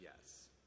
yes